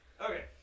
Okay